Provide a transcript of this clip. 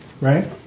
right